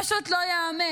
פשוט לא ייאמן.